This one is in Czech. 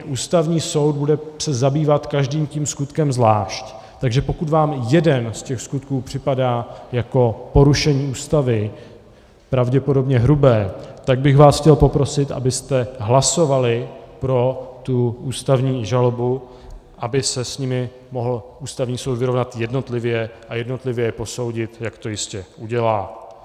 Ústavní soud se bude zabývat každým tím skutkem zvlášť, takže pokud vám jeden z těch skutků připadá jako porušení ústavy, pravděpodobně hrubé, tak bych vás chtěl poprosit, abyste hlasovali pro tu ústavní žalobu, aby se s nimi mohl Ústavní soud vyrovnat jednotlivě a jednotlivě je posoudit, jak to jistě udělá.